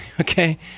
Okay